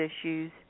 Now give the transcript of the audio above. issues